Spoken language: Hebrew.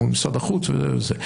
מול משרד החוץ וזה,